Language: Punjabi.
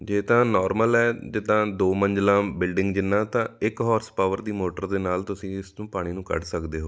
ਜੇ ਤਾਂ ਨੋਰਮਲ ਹੈ ਜਿੱਦਾਂ ਦੋ ਮੰਜ਼ਿਲਾਂ ਬਿਲਡਿੰਗ ਜਿੰਨਾ ਤਾਂ ਇੱਕ ਹੋਰਸ ਪਾਵਰ ਦੀ ਮੋਟਰ ਦੇ ਨਾਲ ਤੁਸੀਂ ਇਸਨੂੰ ਪਾਣੀ ਨੂੰ ਕੱਢ ਸਕਦੇ ਹੋ